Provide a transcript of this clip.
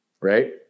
Right